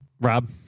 Rob